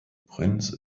prince